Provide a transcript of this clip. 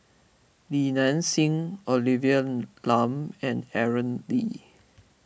Li Nanxing Olivia Lum and Aaron Lee